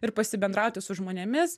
ir pasibendrauti su žmonėmis